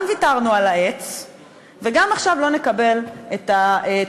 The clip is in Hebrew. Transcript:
גם ויתרנו על העץ וגם עכשיו לא נקבל תמורתו.